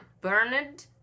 Bernard